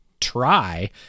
try